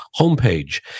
homepage